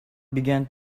began